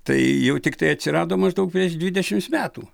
tai jau tiktai atsirado maždaug prieš dvidešimts metų